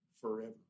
forever